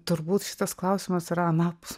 turbūt šitas klausimas yra anapus